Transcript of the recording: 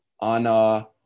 on